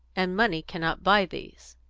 and money cannot buy these.